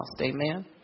amen